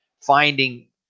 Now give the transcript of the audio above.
finding